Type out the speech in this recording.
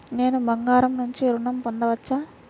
నేను బంగారం నుండి ఋణం పొందవచ్చా?